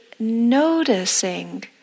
noticing